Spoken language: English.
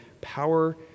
power